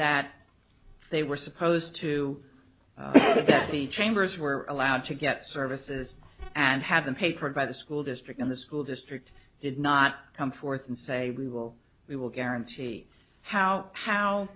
that they were supposed to the chambers were allowed to get services and have them paid for by the school district and the school district did not come forth and say we will we will guarantee how how